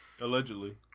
Allegedly